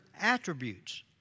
attributes